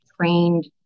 trained